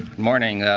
morning.